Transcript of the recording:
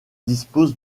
dispose